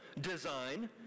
design